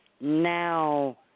now